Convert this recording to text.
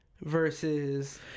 versus